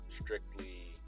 strictly